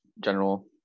general